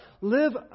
live